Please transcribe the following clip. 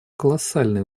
колоссальные